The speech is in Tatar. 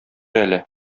әле